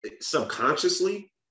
Subconsciously